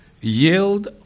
yield